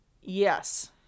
Yes